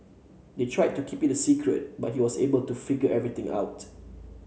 they tried to keep it a secret but he was able to figure everything out